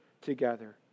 together